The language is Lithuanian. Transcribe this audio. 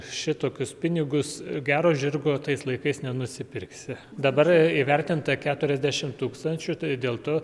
šitokius pinigus gero žirgo tais laikais nenusipirksi dabar įvertinta keturiasdešim tūkstančių tai dėl to